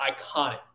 iconic